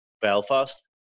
Belfast